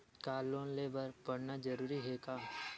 का लोन ले बर पढ़ना जरूरी हे का?